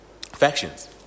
factions